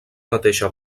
mateixa